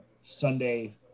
sunday